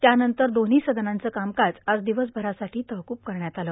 त्यानंतर दोन्ही सदनांचं कामकाज आज दिवसभरासाठी तहकूब करण्यात आलं